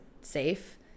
safe